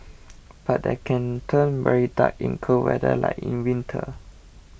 but they can turn very dark in cold weather like in winter